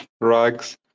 rugs